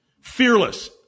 fearless